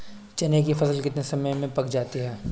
चने की फसल कितने समय में पक जाती है?